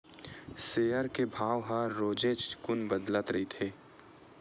share के भाव ह रोजेच कुन बदलत रहिथे